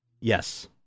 Yes